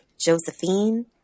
josephine